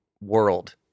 world